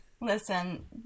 listen